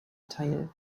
teil